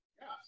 Yes